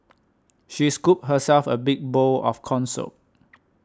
she scooped herself a big bowl of Corn Soup